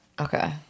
Okay